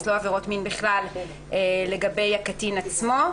ולא עבירות מין בכלל לגבי הקטין עצמו.